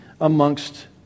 amongst